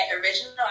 original